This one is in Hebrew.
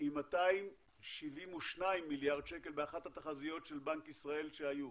עם 272 מיליארד שקל באחת התחזיות של בנק ישראל שהיו.